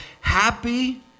happy